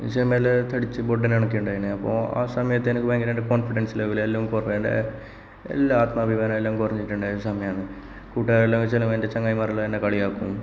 എന്നുവച്ചാല് നമ്മള് അപ്പോൾ തടിച്ച് പൊണ്ണൻ കണക്ക് ഉണ്ടായിരുന്നു അപ്പോൾ ആ സമയത്ത് എനിക്ക് ഭയങ്കരമായിട്ട് കോൺഫിഡൻസ് ലെവല് എല്ലാം കുറഞ്ഞു എല്ലാ ആത്മാഭിമാനം എല്ലാം കുറഞ്ഞിട്ടുണ്ടായിരുന്ന സമയമാണ് കൂട്ടുകാരന്മാരെല്ലാം എൻ്റെ ചങ്ങാതിമാരെല്ലാം എന്നെ കളിയാക്കും